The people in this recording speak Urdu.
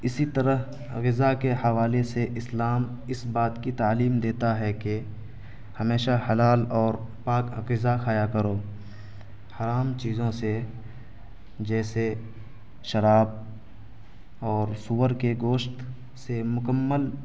اسی طرح غذا کے حوالے سے اسلام اس بات کی تعلیم دیتا ہے کہ ہمیشہ حلال اور پاک غذا کھایا کرو حرام چیزوں سے جیسے شراب اور سوٴر کے گوشت سے مکمل